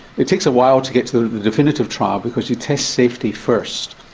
it takes a while to get to the definitive trial because you test safety first.